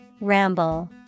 Ramble